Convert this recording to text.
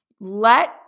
Let